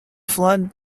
flood